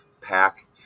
pack